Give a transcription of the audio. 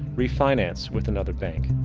refinance with another bank.